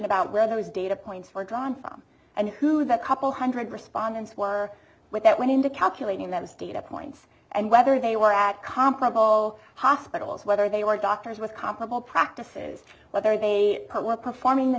about where those data points were drawn from and who the couple hundred respondents were what that went into calculating them stayed up points and whether they were at comparable hospitals whether they were doctors with comparable practices whether they were performing the